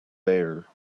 bare